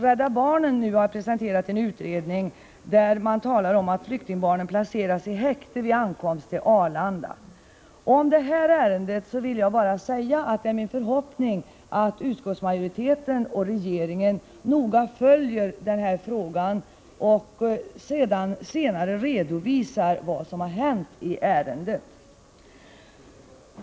Rädda barnen har nu presenterat en utredning där man pekar på att flyktingbarnen placeras i häkte vid ankomsten till Arlanda. Om detta vill jag bara säga att det är min förhoppning att utskottsmajoriteten och regeringen noga följer utvecklingen och senare redovisar vad som hänt i ärendet.